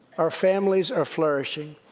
our families are flourishing.